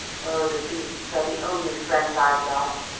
oh, the beasts are the only friends i've got.